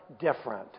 different